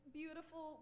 beautiful